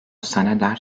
sanader